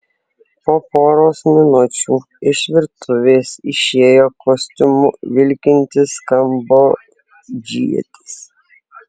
po poros minučių iš virtuvės išėjo kostiumu vilkintis kambodžietis